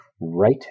right